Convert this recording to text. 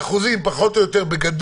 באחוזים, פחות או יותר בגדול.